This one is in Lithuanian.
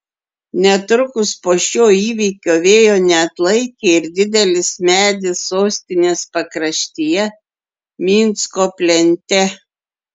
netrukus po šio įvykio vėjo neatlaikė ir didelis medis sostinės pakraštyje minsko plente